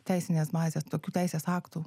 teisinės bazės tokių teisės aktų